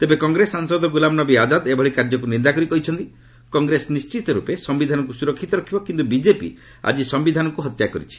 ତେବେ କଂଗ୍ରେସ ସାଂସଦ ଗ୍ରଲାମ୍ ନବୀ ଆଜାଦ୍ ଏଭଳି କାର୍ଯ୍ୟକୁ ନିନ୍ଦା କରି କହିଛନ୍ତି କଂଗ୍ରେସ ନିି୍ଷିତର୍ପେ ସିୟିଧାନକୁ ସୁରକ୍ଷିତ ରଖିବ କିନ୍ତୁ ବିକେପି ଆଜି ସୟିଧାନକୁ ହତ୍ୟା କରିଛି